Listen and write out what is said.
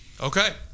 okay